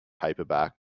paperback